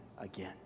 again